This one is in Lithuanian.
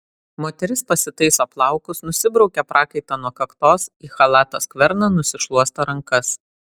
moteris pasitaiso plaukus nusibraukia prakaitą nuo kaktos į chalato skverną nusišluosto rankas